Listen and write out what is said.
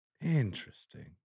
Interesting